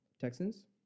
Texans